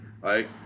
Right